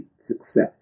success